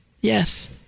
Yes